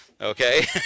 okay